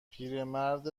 پیرمرد